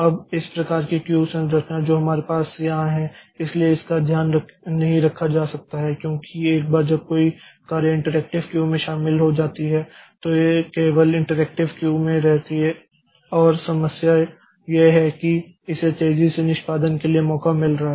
अब इस प्रकार की क्यू संरचना जो हमारे यहाँ है इसलिए इसका ध्यान नहीं रखा जा सकता है क्योंकि एक बार जब कोई कार्य इंटरैक्टिव क्यू में शामिल हो जाती है तो यह केवल इंटरैक्टिव क्यू में रहती है और समस्या यह है कि इसे तेजी से निष्पादन के लिए मौका मिल रहा है